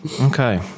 okay